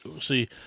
see